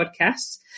podcasts